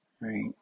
right